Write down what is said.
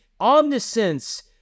omniscience